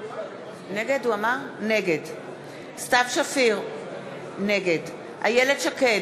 נגד סתיו שפיר, נגד איילת שקד,